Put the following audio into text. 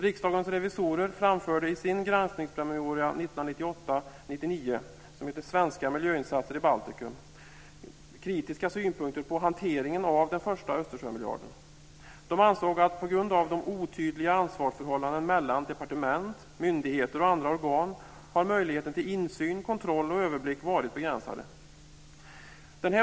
Riksdagens revisorer framförde i sin granskningspromemoria 1998/99, Svenska miljöinsatser i Baltikum, kritiska synpunkter på hanteringen av den första Östersjömiljarden. De ansåg att på grund av de otydliga ansvarsförhållanden mellan departement, myndigheter och andra organ har möjligheter till insyn, kontroll och överblick varit begränsade.